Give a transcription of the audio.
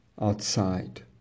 outside